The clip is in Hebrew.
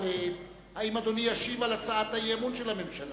האם אדוני ישיב על הצעת האי-אמון בממשלה?